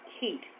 heat